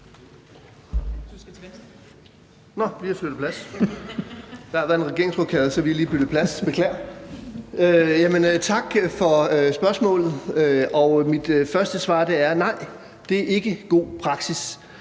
Tak for spørgsmålet. Mit første svar er: Nej, det er ikke god praksis.